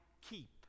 keep